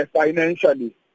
financially